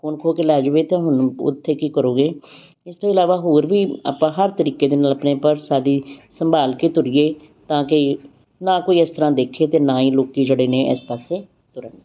phone ਖੋ ਕੇ ਲੈ ਜਾਵੇ ਤਾਂ ਹੁਣ ਉੱਥੇ ਕੀ ਕਰੋਗੇ ਇਸ ਤੋਂ ਇਲਾਵਾ ਹੋਰ ਵੀ ਆਪਾਂ ਹਰ ਤਰੀਕੇ ਦੇ ਨਾਲ ਆਪਣੇ ਪਰਸ ਆਦਿ ਸੰਭਾਲ ਕੇ ਤੁਰੀਏ ਤਾਂ ਕਿ ਨਾ ਕੋਈ ਇਸ ਤਰ੍ਹਾਂ ਦੇਖੇ ਅਤੇ ਨਾ ਹੀ ਲੋਕੀ ਜਿਹੜੇ ਨੇ ਇਸ ਪਾਸੇ ਤੁਰਨ